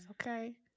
Okay